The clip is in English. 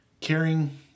caring